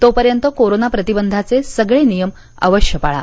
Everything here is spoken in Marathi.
तोपर्यंत कोरोना प्रतिबंधाचे सगळे नियम अवश्य पाळा